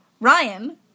Ryan